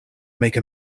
make